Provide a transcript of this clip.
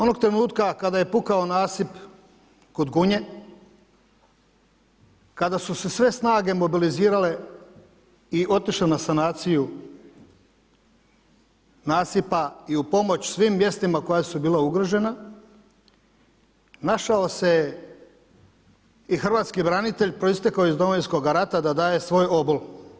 Onog trenutka kada je pukao nasip kod Gunje, kada su se sve snage mobilizirale i otišle na sanaciju nasipa i u pomoć svim mjestima koja su bila ugrožena našao se je i hrvatski branitelj proistekao iz Domovinskog rata da daje svoj obol.